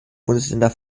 bundesländer